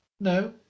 No